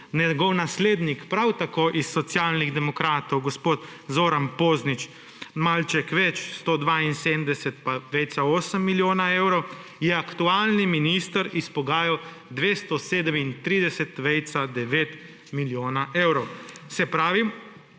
njegov naslednik, prav tako iz Socialnih demokratov, gospod Zoran Poznič malce več, 172,8 milijona evrov, je aktualni minister izpogajal 237,9 milijona evrov. Se pravi,